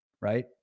right